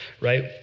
right